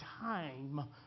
time